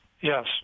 Yes